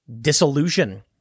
disillusion